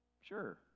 Sure